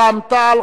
רע"ם-תע"ל,